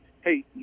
hey